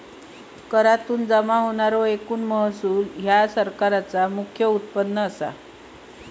करातुन जमा होणारो एकूण महसूल ह्या सरकारचा मुख्य उत्पन्न असा